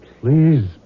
Please